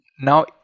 now